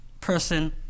person